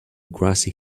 grassy